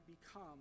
become